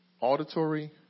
auditory